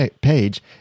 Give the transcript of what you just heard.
page